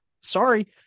sorry